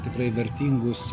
tikrai vertingus